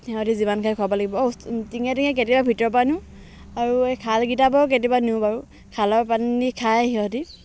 সিহঁতি যিমান খাই খুৱাব লাগিব টিঙে টিঙে নি কেতিয়াবা ভিতৰৰ পৰা নিওঁ আৰু এই খালকেইটাৰ পৰাও কেতিয়াবা নিওঁ বাৰু খালৰ পানী খায় সিহঁতি